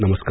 नमस्कार